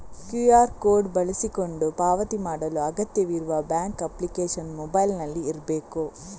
QR code ಬಳಸಿಕೊಂಡು ಪಾವತಿ ಮಾಡಲು ಅಗತ್ಯವಿರುವ ಬ್ಯಾಂಕ್ ಅಪ್ಲಿಕೇಶನ್ ಮೊಬೈಲಿನಲ್ಲಿ ಇರ್ಬೇಕು